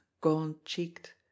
gaunt-cheeked